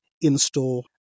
in-store